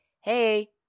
hey